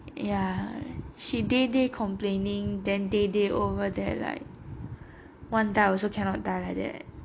ya she day day complaining then day day over there like want die also cannot die like that